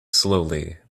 slowly